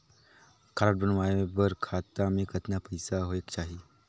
Card बनवाय बर खाता मे कतना पईसा होएक चाही?